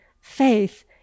faith